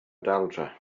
daldra